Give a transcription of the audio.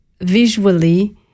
visually